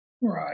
Right